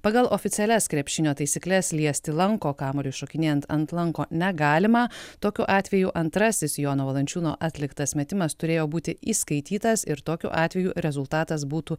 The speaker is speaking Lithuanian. pagal oficialias krepšinio taisykles liesti lanko kamuoliui šokinėjant ant lanko negalima tokiu atveju antrasis jono valančiūno atliktas metimas turėjo būti įskaitytas ir tokiu atveju rezultatas būtų